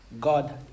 God